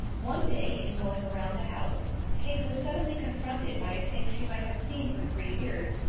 one day in going around the house kate was suddenly confronted by a thing she might have seen for three years,